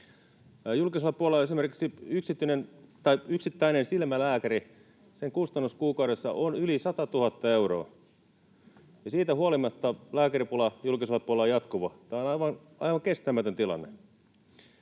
Julkisella puolella esimerkiksi yksittäisen silmälääkärin kustannus kuukaudessa on yli 100 000 euroa, ja siitä huolimatta lääkäripula on julkisella puolella jatkuva. Tämä on aivan kestämätön tilanne.